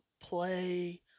play